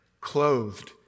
clothed